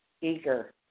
eager